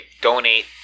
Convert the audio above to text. donate